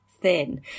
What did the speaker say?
thin